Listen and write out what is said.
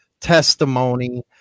testimony